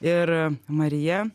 ir marija